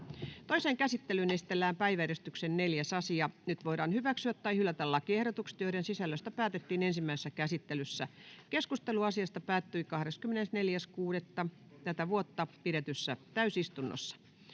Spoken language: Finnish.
Toiseen käsittelyyn esitellään päiväjärjestyksen 4. asia. Nyt voidaan hyväksyä tai hylätä lakiehdotukset, joiden sisällöstä päätettiin ensimmäisessä käsittelyssä. Keskustelu asiasta päättyi 24.6.2024 pidetyssä täysistunnossa.